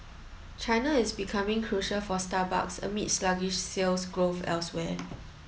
China is becoming crucial for Starbucks amid sluggish sales growth elsewhere